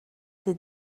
did